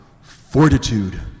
fortitude